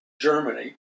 Germany